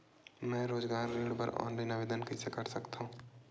मैं रोजगार ऋण बर ऑनलाइन आवेदन कइसे कर सकथव?